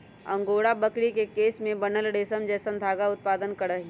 angora बकरी के केश से बनल रेशम जैसन धागा उत्पादन करहइ